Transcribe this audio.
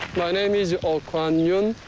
my name is okhwan yoon.